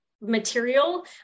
material